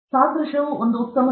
ಸಾದೃಶ್ಯವು ಒಂದು ಉತ್ತಮ ನೆರವು